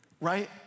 right